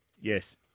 Yes